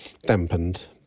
dampened